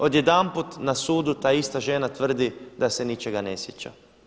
Odjedanput na sudu ta ista žena tvrdi da se ničega ne sjeća.